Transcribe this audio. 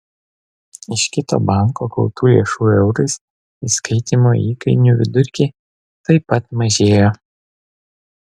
iš kito banko gautų lėšų eurais įskaitymo įkainių vidurkiai taip pat mažėjo